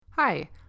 Hi